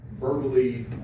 verbally